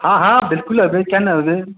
हँ हँ बिलकुल एबै किए ने अयबै